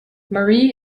marie